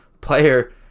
player